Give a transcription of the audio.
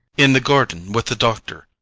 in the garden with the doctor,